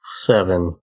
seven